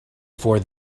for